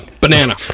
banana